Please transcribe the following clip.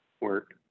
work